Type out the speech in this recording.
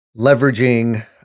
leveraging